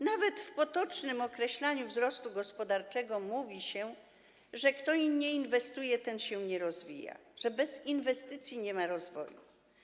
Nawet przy potocznym określaniu wzrostu gospodarczego mówi się, że kto nie inwestuje, ten się nie rozwija, że bez inwestycji nie ma rozwoju.